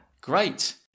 Great